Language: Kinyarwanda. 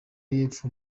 y’epfo